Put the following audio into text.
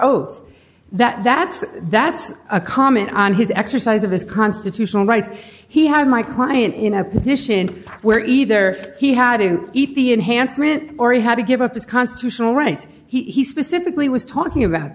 oath that that's that's a comment on his exercise of his constitutional rights he had my client in a position where either he had to eat the enhancement or he had to give up his constitutional right he specifically was talking about